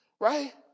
Right